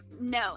no